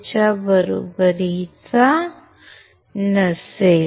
च्या बरोबरीचा नसेल